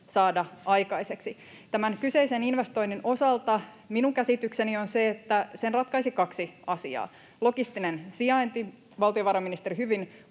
saada aikaiseksi. Tämän kyseisen investoinnin osalta minun käsitykseni on se, että sen ratkaisi kaksi asiaa: Logistinen sijainti — valtiovarainministeri hyvin